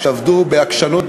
שעבדו בעקשנות,